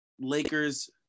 Lakers